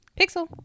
Pixel